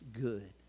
good